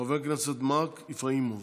חבר הכנסת מארק איפראימוב.